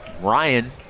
Ryan